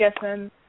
guessing